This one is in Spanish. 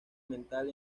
mental